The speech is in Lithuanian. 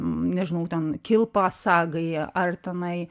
nežinau ten kilpa sagai ar tenai